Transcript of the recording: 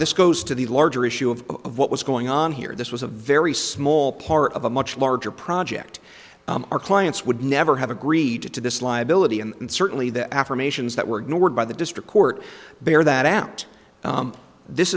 this goes to the larger issue of what was going on here this was a very small part of a much larger project our clients would never have agreed to this liability and certainly the affirmations that were no word by the district court bear that out this